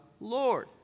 Lord